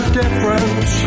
difference